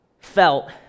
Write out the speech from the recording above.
felt